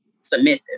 submissive